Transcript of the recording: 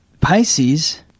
Pisces